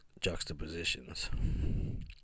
juxtapositions